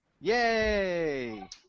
Yay